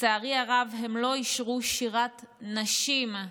לצערי הרב, הם לא אישרו שירת נשים,